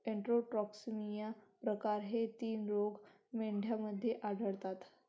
enterotoxaemia प्रकार हे तीन रोग मेंढ्यांमध्ये आढळतात